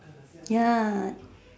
ya